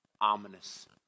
ominous